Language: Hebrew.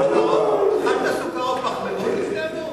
אכלת סוכר או פחמימות לפני?